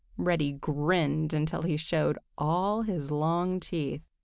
reddy grinned until he showed all his long teeth.